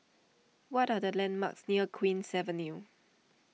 what are the landmarks near Queen's Avenue